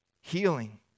healing